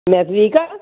math week ਹੈ